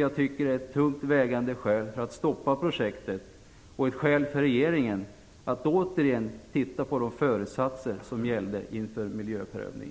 Jag tycker att det är ett tungt vägande skäl för att stoppa projektet och ett skäl för regeringen att återigen titta på de föresatser som gällde inför miljöprövningen.